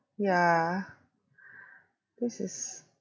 yeah this is